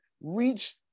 reach